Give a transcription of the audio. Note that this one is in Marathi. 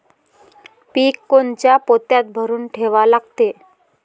पीक कोनच्या पोत्यात भरून ठेवा लागते?